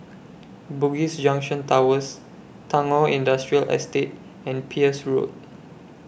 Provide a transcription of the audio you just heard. Bugis Junction Towers Tagore Industrial Estate and Peirce Road